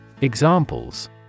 Examples